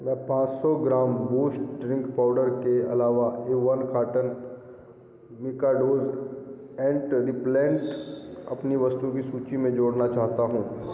मैं पाँच सौ ग्राम बूस्ट ड्रिंक पाउडर के अलावा एवन कार्टन मिकाडोज़ रिपलेंट अपनी वस्तु की सूची में जोड़ना चाहता हूँ